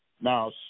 Now